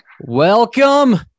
Welcome